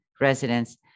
residents